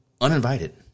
uninvited